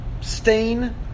stain